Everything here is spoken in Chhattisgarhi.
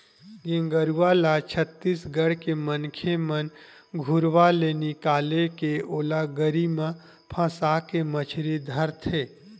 गेंगरूआ ल छत्तीसगढ़ के मनखे मन घुरुवा ले निकाले के ओला गरी म फंसाके मछरी धरथे